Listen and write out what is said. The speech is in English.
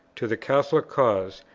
to the catholic cause,